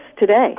today